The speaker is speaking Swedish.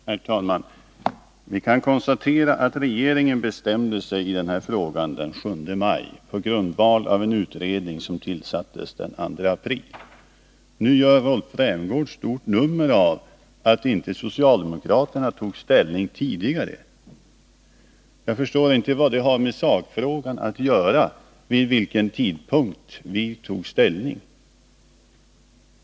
Herr talman! Vi kan konstatera att regeringen bestämde sig i denna fråga den 7 maj på grundval av en utredning som tillsattes den 2 april. Nu gör Rolf Rämgård ett stort nummer av att socialdemokraterna inte tog ställning tidigare. Jag förstår inte vad det har med sakfrågan att göra vid vilken tidpunkt vi tog ställning.